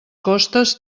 costes